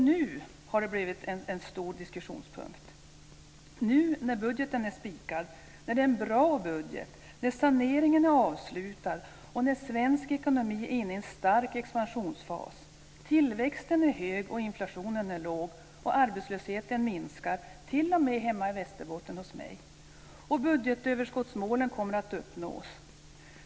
Nu har det här blivit en stor diskussionspunkt - nu när budgeten är spikad, när det är en bra budget, när saneringen är avslutad, när svensk ekonomi är inne i en stark expansionsfas, när tillväxten är hög och inflationen låg och arbetslösheten minskar, t.o.m. hemma hos mig i Västerbotten, och budgetöverskottsmålen kommer att uppnås.